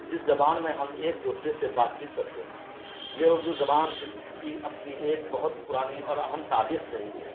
جس زبان میں ہم ایک دوسرے سے بات چیت کرتے ہیں یہ اردو زبان جس کی اپنی ایک بہت پرانی اور اہم تاریخ رہی ہے